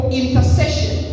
intercession